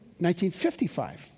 1955